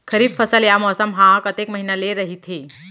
खरीफ फसल या मौसम हा कतेक महिना ले रहिथे?